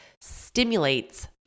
stimulates